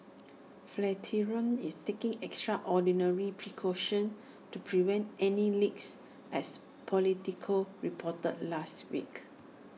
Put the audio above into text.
flatiron is taking extraordinary precautions to prevent any leaks as Politico reported last week